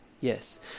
yes